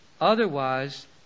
Otherwise